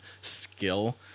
skill